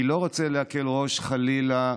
אני לא רוצה להקל ראש, חלילה,